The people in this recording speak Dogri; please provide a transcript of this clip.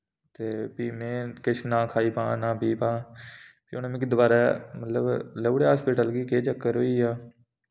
ते फ्ही में किश ना खाई पां ना पी पां फ्ही उनें मिकी दोबारै मतलब लेऊड़ेया हास्पिटल कि केह् चक्कर होइया